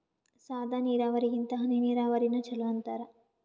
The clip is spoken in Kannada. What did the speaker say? ಸಾದ ನೀರಾವರಿಗಿಂತ ಹನಿ ನೀರಾವರಿನ ಚಲೋ ಅಂತಾರ